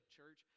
church